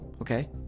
okay